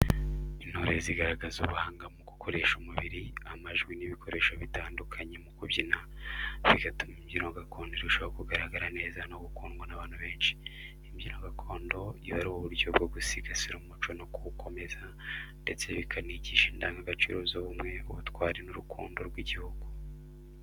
Intore zigaragaza ubuhanga mu gukoresha umubiri, amajwi, n’ibikoresho bitandukanye mu kubyina, bigatuma ibyino gakondo irushaho kugaragara neza no gukundwa n’abantu benshi. Imbyino gakondo iba ari uburyo bwo gusigasira umuco no kuwukomeza, ndetse bikanigisha indangagaciro z’ubumwe, ubutwari, n’urukundo rw’igihugu.